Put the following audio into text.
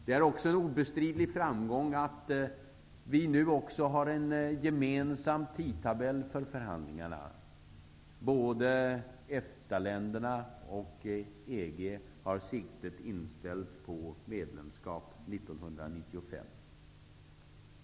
Det är också en obestridlig framgång att vi nu har en gemensam tidtabell för förhandlingarna. Både EFTA-länderna och EG har siktet inställt på medlemskap 1995.